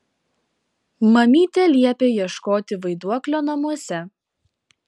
mamytė liepė ieškoti vaiduoklio namuose